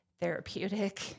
therapeutic